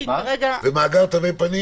תווי פנים